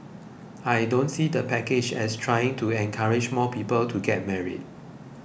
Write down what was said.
I don't see the package as trying to encourage more people to get married